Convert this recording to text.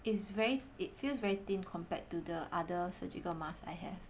is very it feels very thin compared to the other surgical mask I have